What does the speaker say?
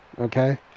Okay